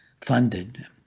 funded